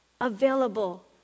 available